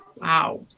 Wow